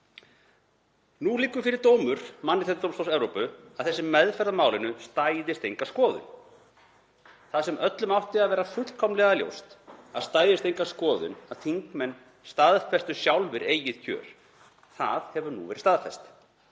Nú liggur fyrir dómur Mannréttindadómstóls Evrópu um að þessi meðferð á málinu stæðist enga skoðun. Það sem öllum átti að vera fullkomlega ljóst að stæðist enga skoðun, að þingmenn staðfestu sjálfir eigið kjör, hefur nú verið staðfest.